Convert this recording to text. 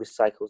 recycles